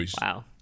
Wow